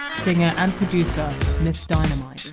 singer and producer ms dynamite